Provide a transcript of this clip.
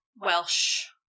Welsh